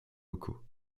locaux